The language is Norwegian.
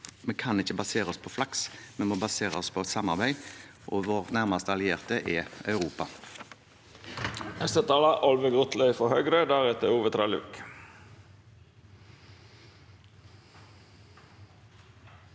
Vi kan ikke basere oss på flaks. Vi må basere oss på samarbeid, og vår nærmeste allierte er Europa.